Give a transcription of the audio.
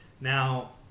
Now